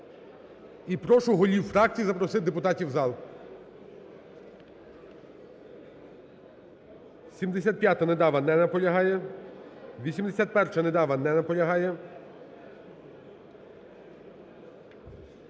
і прошу голів фракцій запросити депутатів в зал. 75-а, Недава. Не наполягає. 81-а, Недава. Не наполягає.